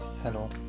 Hello